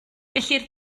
gellir